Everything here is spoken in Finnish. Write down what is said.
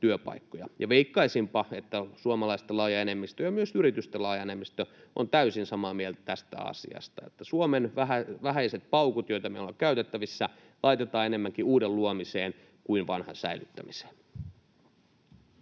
Veikkaisinpa, että suomalaisten laaja enemmistö ja myös yritysten laaja enemmistö on täysin samaa mieltä tästä asiasta, että Suomen vähäiset paukut, joita meillä on käytettävissä, laitetaan enemmänkin uuden luomiseen kuin vanhan säilyttämiseen.